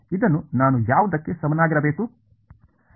ಇದನ್ನು ನಾನು ಯಾವುದಕ್ಕೆ ಸಮನಾಗಿರಬೇಕು